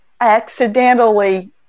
accidentally